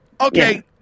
Okay